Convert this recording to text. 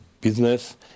business